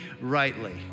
rightly